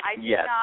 Yes